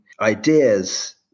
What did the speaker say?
ideas